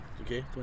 Okay